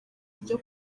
ibyo